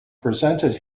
presented